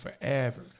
forever